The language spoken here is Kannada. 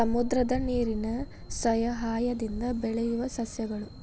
ಸಮುದ್ರದ ನೇರಿನ ಸಯಹಾಯದಿಂದ ಬೆಳಿಯುವ ಸಸ್ಯಗಳು